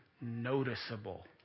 noticeable